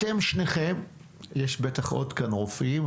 יש בטח עוד כאן רופאים,